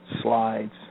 slides